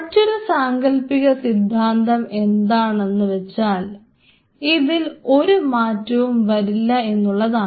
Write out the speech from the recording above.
മറ്റൊരു സാങ്കൽപ്പിക സിദ്ധാന്തം എന്താണെന്ന് വെച്ചാൽ ഇതിൽ ഒരു മാറ്റവും വരില്ല എന്നുള്ളതാണ്